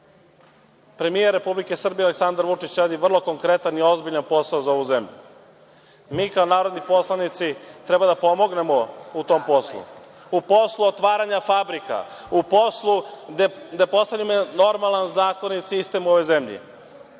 Premijer Republike Srbije Aleksandar Vučić radi vrlo konkretan i ozbiljan posao za ovu zemlju. Mi kao narodni poslanici treba da pomognemo u tom poslu, u poslu otvaranja fabrika, u poslu gde postoji normalan zakonit sistem u ovoj zemlji,